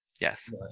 Yes